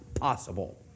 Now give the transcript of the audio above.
possible